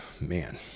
man